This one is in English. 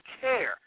care